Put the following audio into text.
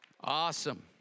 Awesome